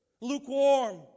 Lukewarm